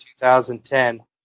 2010